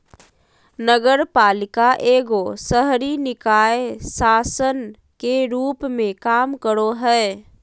नगरपालिका एगो शहरी निकाय शासन के रूप मे काम करो हय